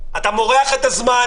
אם תקנות החינוך של הסגר יעברו הם